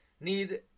need